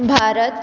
Bharat